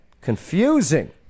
Confusing